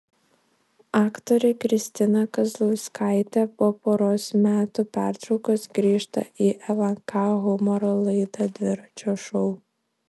aktorė kristina kazlauskaitė po poros metų pertraukos grįžta į lnk humoro laidą dviračio šou